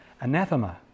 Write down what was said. Anathema